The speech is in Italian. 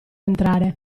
entrare